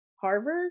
Harvard